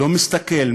לא מסתכל,